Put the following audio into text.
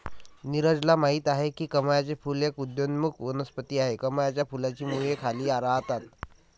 नीरजल माहित आहे की कमळाचे फूल एक उदयोन्मुख वनस्पती आहे, कमळाच्या फुलाची मुळे खाली राहतात